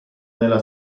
nella